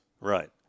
Right